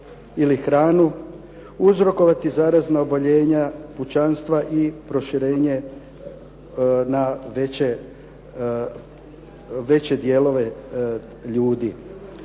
ili hranu, uzrokovati zarazna oboljenja pučanstva i proširenje na veće dijelove ljudi.